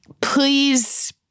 please